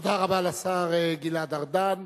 תודה רבה לשר גלעד ארדן.